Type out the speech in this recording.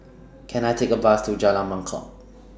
Can I Take A Bus to Jalan Mangkok